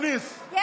אקוניס, אתה מפריע.